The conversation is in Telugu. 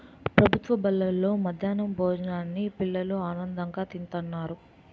ప్రభుత్వ బడుల్లో మధ్యాహ్నం భోజనాన్ని పిల్లలు ఆనందంగా తింతన్నారు